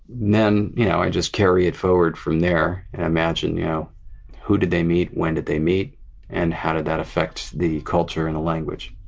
then you know i just carry it forward from there and imagine you know who did they meet, when did they meet and how did that affect the culture in the language.